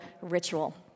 ritual